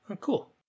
Cool